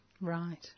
Right